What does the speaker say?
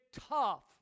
tough